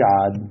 God